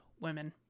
women